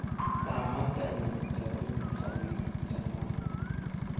ꯆꯥꯃ ꯆꯅꯤ ꯆꯍꯨꯝ ꯆꯃꯔꯤ ꯆꯃꯉꯥ